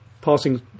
passing